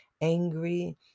angry